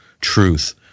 truth